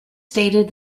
stated